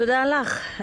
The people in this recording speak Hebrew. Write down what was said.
תודה לך.